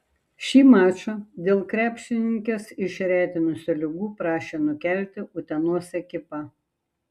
šį mačą dėl krepšininkes išretinusių ligų prašė nukelti utenos ekipa